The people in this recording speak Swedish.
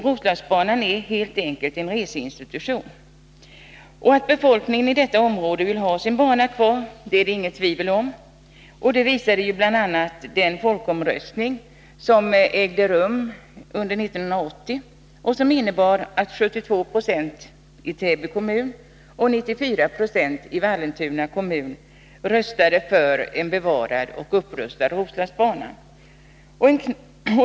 Roslagsbanan är helt enkelt en reseinstitution. Att befolkningen i detta område vill ha sin bana kvar råder det inget tvivel om. Det visar bl.a. den folkomröstning som ägde rum under 1980 och vid vilken 72 90 i Täby kommun och 94 96 i Vallentuna kommun röstade för en bevarad och upprustad Roslagsbana.